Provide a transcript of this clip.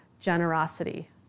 generosity